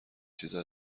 چیزا